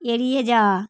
এড়িয়ে যাওয়া